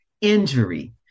injury